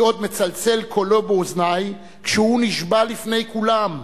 "כי עוד מצלצל קולו באוזני כשהוא נשבע לפני כולם: